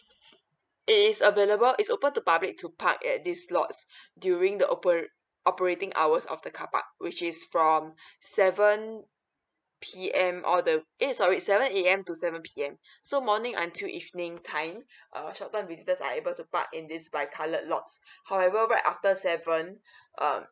it is available is open to public to park at this lots during the oper~ operating hours of the carpark which is from seven P_M all the eh sorry seven A_M to seven P_M so morning until evening time uh short term visitors are able to park in this bi coloured lots however right after seven um